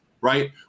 right